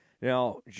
Now